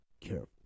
careful